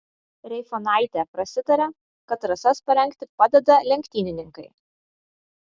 reifonaitė prasitarė kad trasas parengti padeda lenktynininkai